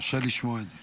קשה לשמוע את זה.